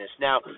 Now